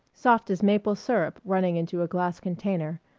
soft as maple syrup running into a glass container,